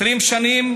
20 שנים